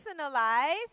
personalize